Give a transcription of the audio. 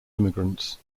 immigrants